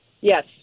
Yes